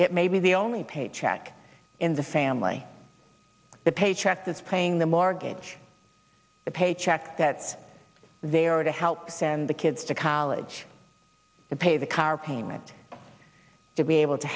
it may be the only paycheck in the family the paycheck is paying the mortgage the paycheck that they are to help send the kids to college and pay the car payment to be able to